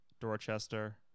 Dorchester